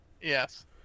Yes